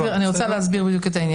אני אסביר.